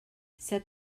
set